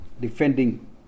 defending